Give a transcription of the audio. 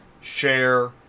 share